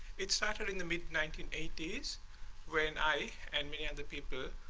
it started in the mid nineteen eighty s when i and many other people